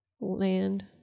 land